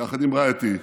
יחד עם רעייתי,